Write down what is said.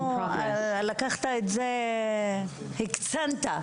דילמה, הקצנת.